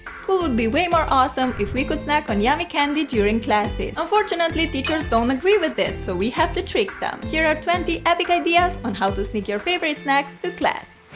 school would be way more awesome if we could snack on yummy candy during classes! unfortunately teachers don't agree with this, so we have to trick them. here are twenty epic ideas on how to sneak your favorite snacks to class!